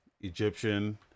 egyptian